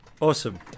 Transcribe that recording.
awesome